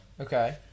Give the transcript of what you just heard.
Okay